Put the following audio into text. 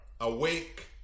Awake